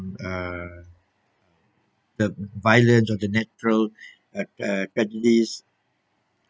uh the violence or the natural uh uh catalyst